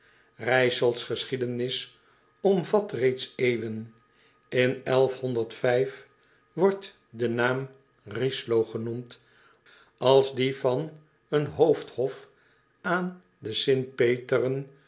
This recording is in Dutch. geschiedenis omvat reeds eeuwen n wordt de naam r i s l o genoemd als die van een hoofdhof aan de